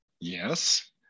Yes